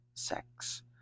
sex